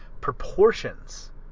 proportions